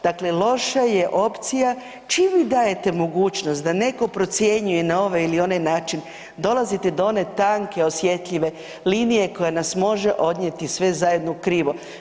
Dakle, loša je opcija čim vi dajete mogućnost da neko procjenjuje na ovaj ili onaj način dolazite do one tanke osjetljive linije koja nas može odnijeti sve zajedno krivo.